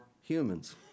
humans